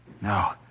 No